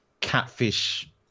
catfish